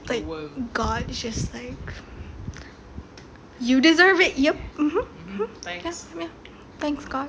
like god just like you deserve it yup ya ya thanks god